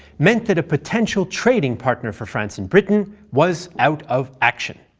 meant and a potential trading partner for france and britain was out of action.